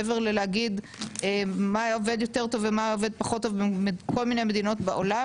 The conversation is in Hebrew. מעבר ללהגיד מה עובד יותר טוב ומה עובד פחות טוב בכל מיני מדינות בעולם?